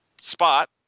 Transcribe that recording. spot